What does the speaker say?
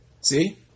See